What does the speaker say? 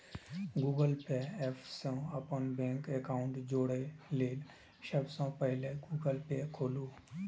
Google Pay app सं अपन bank account जोड़य लेल सबसं पहिने गूगल पे खोलू